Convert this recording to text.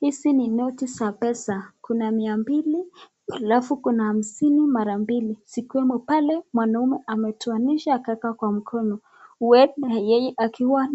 Hizi ni noti za pesa, kuna mia mbili alafu kuna hamsini mara mbili zikiwewmo pale mwanaume ametoanisha akaweka kwa mkono, huenda yeye akiwa